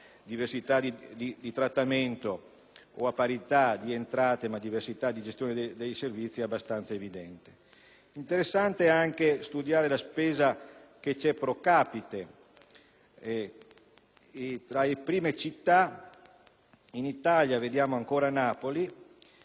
diversità di trattamento o a parità di entrate ma con diversità di gestione dei servizi, è abbastanza evidente. Interessante è anche studiare la spesa *pro capite*. Tra le prime città in Italia vediamo ancora Napoli,